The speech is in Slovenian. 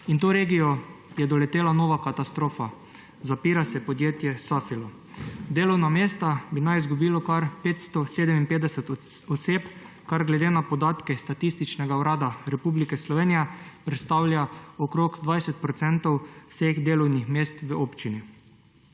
To regijo je doletela nova katastrofa – zapira se podjetje Safilo. Delovna mesta naj bi izgubilo kar 557 oseb, kar glede na podatke Statističnega urada Republike Slovenije predstavlja okrog 20 % vseh delovnih mest v občini.